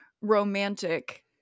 romantic